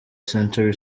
century